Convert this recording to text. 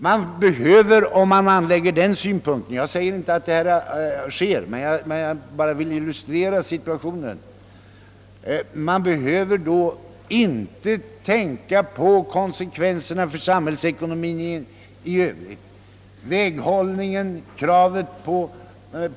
Man behöver då — iag säger inte att SJ för en sådan politik utan jag tar detta företag som exempel för att illustrera situationen — inte tänka på konsekvenserna för samhällsekonomien, t.ex. när det gäller väghållning och bilinköp som drar stora kostnader.